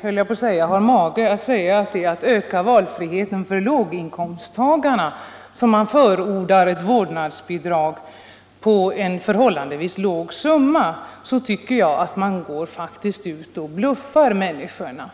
höll jag på att säga, t.o.m. har mage att göra gällande att det är för att öka valfriheten för låginkomsttagarna som man förordar ett vårdnadsbidrag på en förhållandevis låg summa, så tycker jag att man faktiskt går ut och bluffar människorna.